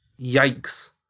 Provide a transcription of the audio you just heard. yikes